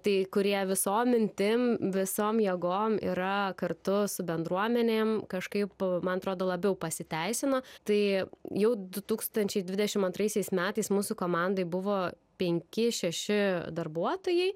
tai kurie visom mintim visom jėgom yra kartu su bendruomenėm kažkaip man atrodo labiau pasiteisino tai jau du tūkstančiai dvidešim antraisiais metais mūsų komandai buvo penki šeši darbuotojai